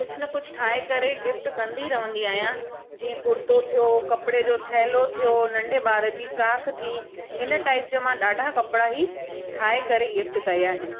कुझु न कुझु ठाहे करे गिफ्ट कंदी रहंदी आहियां जीअं कुर्तो थियो कपिड़े जो थेलो थियो नंढे ॿार जी फ्राक थी इन टाइप जा मां ॾाढा कपिड़ा ई ठाहे करे गिफ्ट कयां आहिनि